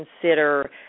consider